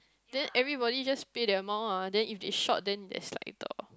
then everybody just pay that amount lah then if they short the that's like the